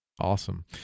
Awesome